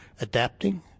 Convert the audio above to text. adapting